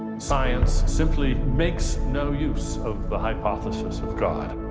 science simply makes no use of the hypothesis of god.